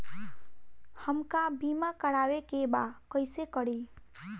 हमका बीमा करावे के बा कईसे करी?